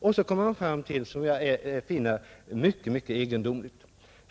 Om den gruppen anförs något som jag finner mycket egendomligt.